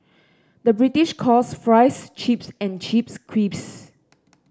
the British calls fries chips and chips crisps